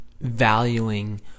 valuing